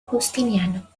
justiniano